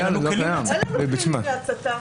אין לנו כלים להצתה.